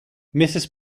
mrs